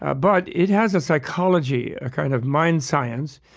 ah but it has a psychology, a kind of mind science,